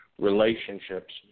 relationships